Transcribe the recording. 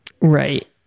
Right